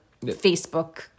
facebook